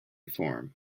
form